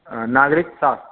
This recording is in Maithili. हँ नागरिक शास्त्र